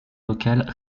locales